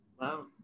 Wow